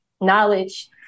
knowledge